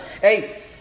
Hey